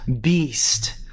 beast